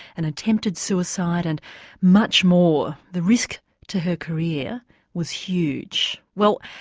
an attempted suicide and much more. the risk to her career was huge. well,